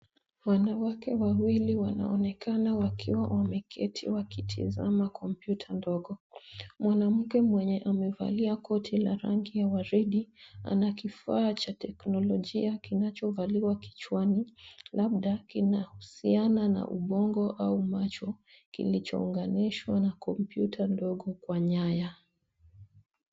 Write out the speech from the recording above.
Wanawake wawili wanaonekana wakiwa wameketi wakitazama kompyuta ndogo. Mwanamke mwenye amevalia koti la rangi ya waridi ana kifaa cha teknolojia kinachovaliwa kichwani, labda kinahusiana na ubongo au macho, kilichounganishwa na kompyuta ndogo kwa nyaya.